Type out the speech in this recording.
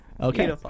Okay